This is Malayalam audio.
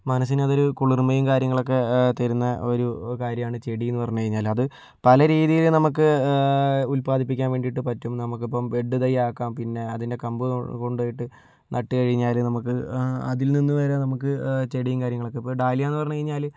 മനസ്സിനതൊരു കുളിർമയും കാര്യങ്ങളൊക്കെ തരുന്ന ഒരു കാര്യമാണ് ചെടിയെന്ന് പറഞ്ഞ് കഴിഞ്ഞാൽ അത് പല രീതിയില് നമുക്ക് ഉല്പാദിപ്പിക്കാൻ വേണ്ടിയിട്ട് പറ്റും നമുക്കിപ്പോൾ ഇപ്പോൾ ബെഡ്ഡ് തയ്യാറാക്കാം പിന്നെ അതിൻ്റെ കമ്പ് കൊണ്ടുപോയിട്ട് നട്ടു കഴിഞ്ഞാല് നമുക്ക് അതിൽ നിന്ന് വേറെ നമുക്ക് ചെടിയും കാര്യങ്ങളൊക്കെ ഇപ്പോൾ ഡാലിയയെന്ന് പറഞ്ഞ് കഴിഞ്ഞാല്